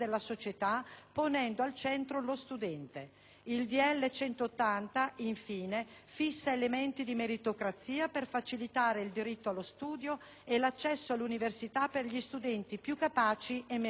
ponendo al centro lo studente. Il decreto-legge n. 180, infine, fissa elementi di meritocrazia per facilitare il diritto allo studio e l'accesso all'università per gli studenti più capaci e meritevoli.